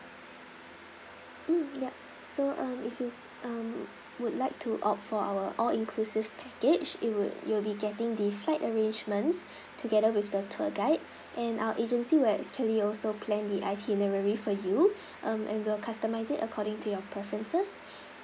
mm yup so um if you um would like to opt for our all inclusive package it would you'll be getting the flight arrangements together with the tour guide and our agency will actually also plan the itinerary for you um and we'll customize it according to your preferences